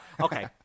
okay